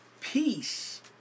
Peace